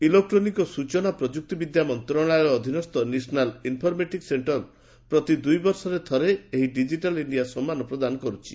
electronic ଏବଂ ସୂଚନା ଓ ପ୍ରଯୁକ୍ତି ବିଦ୍ୟା ମନ୍ତ୍ରଶାଳୟ ଅଧୀନସ୍ଥ ନ୍ୟାସନାଲ୍ ଇନ୍ଫର୍ମେଟିକ୍ ସେଣ୍ଟର୍ ପ୍ରତି ଦୂଇ ବର୍ଷରେ ଥରେ ଡିଜିଟାଲ୍ ଇଣ୍ଡିଆ ସମ୍ମାନ ପ୍ରଦାନ କରୁଛି